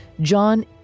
John